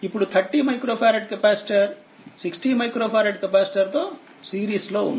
ఇప్పుడు30 micro farad capacitor 60 micro farad capacitor తో series లో ఉంది